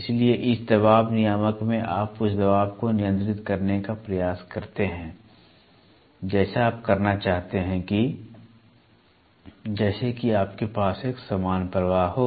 इसलिए इस दबाव नियामक में आप उस दबाव को नियंत्रित करने का प्रयास करते हैं जैसा आप करना चाहते हैं जैसे कि आपके पास एक समान प्रवाह हो